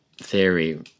Theory